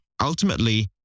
ultimately